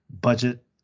budget